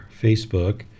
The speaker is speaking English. Facebook